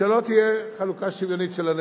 גם